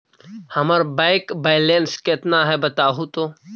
हमर bank balance केतना है बताहु तो?